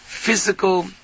physical